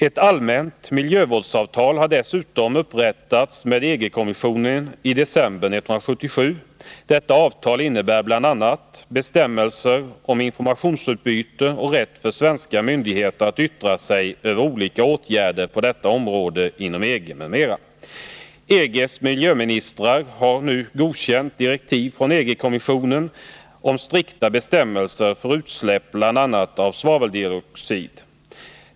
Ett allmänt miljövårdsavtal har dessutom upprättats med EG-kommissionen i december 1977. Detta avtal innehåller bl.a. bestämmelser om informationsutbyte och rätt för svenska myndigheter att yttra sig över olika åtgärder på detta område inom EG m.m. EG:s miljöministrar har nu godkänt direktiv från EG-kommissionen om strikta bestämmelser för utsläpp av bl.a. svaveldioxid.